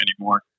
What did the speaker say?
anymore